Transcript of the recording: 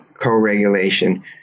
co-regulation